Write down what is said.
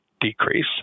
decrease